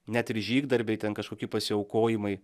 net ir žygdarbiai ten kažkokie pasiaukojimai